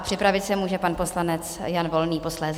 Připravit se může pan poslanec Jan Volný posléze.